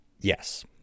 Yes